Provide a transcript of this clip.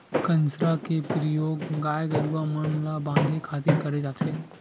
कांसरा के परियोग गाय गरूवा मन ल बांधे खातिर करे जाथे